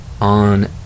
on